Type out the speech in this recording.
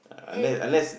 and